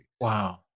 Wow